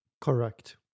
Correct